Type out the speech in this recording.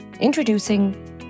Introducing